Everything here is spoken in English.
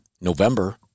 November